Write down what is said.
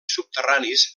subterranis